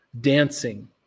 dancing